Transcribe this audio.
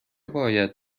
باید